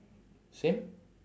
same